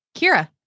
Kira